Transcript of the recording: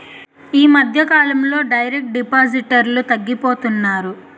ఈ మధ్యకాలంలో డైరెక్ట్ డిపాజిటర్లు తగ్గిపోతున్నారు